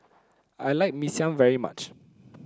I like Mee Siam very much